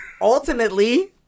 Ultimately